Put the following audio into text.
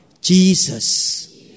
Jesus